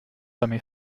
semi